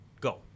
Go